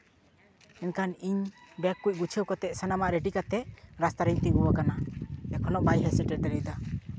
ᱢᱮᱱᱠᱷᱟᱱ ᱤᱧ ᱵᱮᱜᱽ ᱠᱚ ᱜᱩᱪᱷᱟᱹᱣ ᱠᱟᱛᱮᱫ ᱥᱟᱱᱟᱢᱟᱜ ᱨᱮᱰᱤ ᱠᱟᱛᱮᱫ ᱨᱟᱥᱛᱟ ᱨᱤᱧ ᱛᱤᱸᱜᱩ ᱟᱠᱟᱱᱟ ᱮᱠᱷᱚᱱᱳ ᱵᱟᱭ ᱦᱮᱡᱽ ᱥᱮᱴᱮᱨ ᱫᱟᱲᱮᱭᱟᱫᱟ